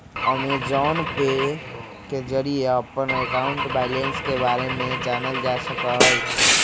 Amazon Pay के जरिए अपन अकाउंट बैलेंस के बारे में जानल जा सका हई